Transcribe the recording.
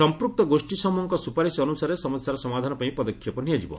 ସମ୍ପୁକ୍ତ ଗୋଷ୍ଠୀ ସମୃହଙ୍କ ସୁପାରିସ୍ ଅନୁସାରେ ସମସ୍ୟାର ସମାଧାନ ପାଇଁ ପଦକ୍ଷେପ ନିଆଯିବ